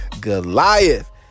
Goliath